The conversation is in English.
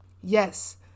Yes